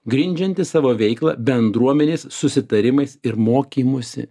grindžianti savo veiklą bendruomenės susitarimais ir mokymusi